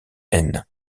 aisne